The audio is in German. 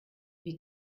wie